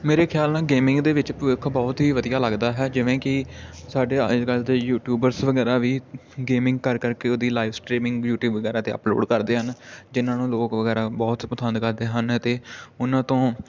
ਮੇਰੇ ਖਿਆਲ ਨਾਲ ਗੇਮਿੰਗ ਦੇ ਵਿੱਚ ਭਵਿੱਖ ਬਹੁਤ ਹੀ ਵਧੀਆ ਲੱਗਦਾ ਹੈ ਜਿਵੇਂ ਕਿ ਸਾਡੇ ਅੱਜ ਕੱਲ੍ਹ ਦੇ ਯੂਟਿਊਬਰਸ ਵਗੈਰਾ ਵੀ ਗੇਮਿੰਗ ਕਰ ਕਰਕੇ ਉਹਦੀ ਲਾਈਫ ਸਟਰੀਮਿੰਗ ਯੂਟਿਊਬ ਵਗੈਰਾ 'ਤੇ ਅਪਲੋਡ ਕਰਦੇ ਹਨ ਜਿਨ੍ਹਾਂ ਨੂੰ ਲੋਕ ਵਗੈਰਾ ਬਹੁਤ ਪਸੰਦ ਕਰਦੇ ਹਨ ਅਤੇ ਉਹਨਾਂ ਤੋਂ